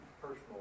personal